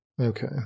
Okay